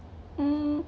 mmhmm